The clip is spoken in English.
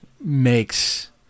makes